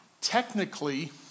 technically